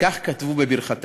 וכך כתבו בברכתם: